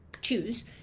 choose